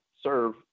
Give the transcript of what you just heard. serve